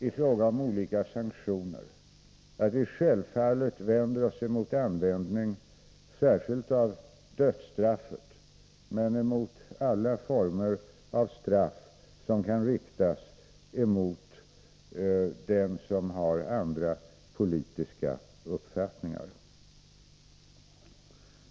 I fråga om olika sanktioner vill jag ytterligare framhålla att vi självfallet vänder oss mot användning särskilt av dödsstraffet men även alla andra former av straff mot dem som har andra politiska uppfattningar.